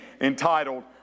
entitled